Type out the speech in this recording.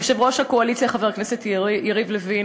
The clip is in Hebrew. ליושב-ראש הקואליציה חבר הכנסת יריב לוין,